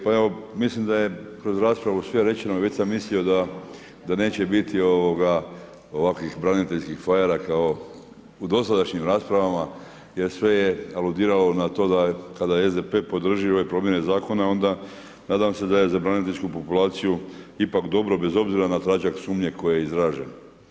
Pa evo mislim da je kroz raspravu sve rečeno i već sam mislio da neće biti ovakvih braniteljskih … kao u dosadašnjim raspravama jer sve je aludiralo na to da kada SDP podrži ove promjene zakona onda nadam se da je za braniteljsku populaciju ipak dobro bez obzira na tračak sumnje koji je izražen.